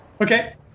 Okay